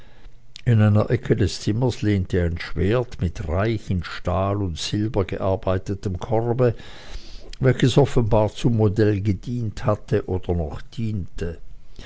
in einer ecke des zimmers lehnte ein schwert mit reich in stahl und silber gearbeitetem korbe welches offenbar zum modell gedient hatte oder noch diente